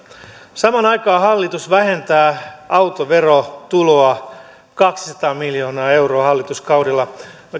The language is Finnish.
samaan aikaan hallitus vähentää autoverotuloja kaksisataa miljoonaa euroa hallituskaudella kysyisin